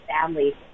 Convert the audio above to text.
family